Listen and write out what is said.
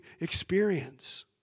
experience